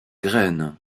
graines